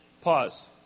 Pause